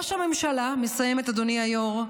אני מסיימת, אדוני היו"ר,